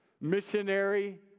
Missionary